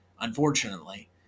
unfortunately